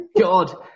God